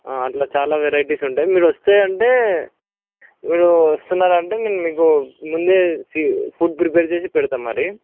అట్ల చాలా వెరైటీస్ ఉంటాయి మీరు వస్తే అంటే మీరు వస్తున్నారు అంటే నేను మీకు ముందే సీఫుడ్ ప్రిపేర్ చేసి పెడతా మరి